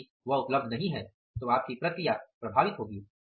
और यदि वह उपलब्ध नहीं है तो आपकी प्रक्रिया प्रभावित होगी